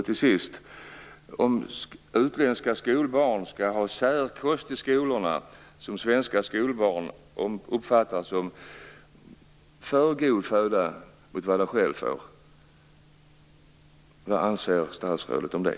Till sist: Skall utländska skolbarn i våra skolor ha en särkost som svenska skolbarn uppfattar som bättre än den kost som de själva får? Vad anser statsrådet om det?